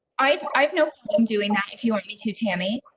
i've i've no, i'm doing that. if you want me to tammy.